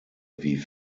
wie